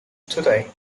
today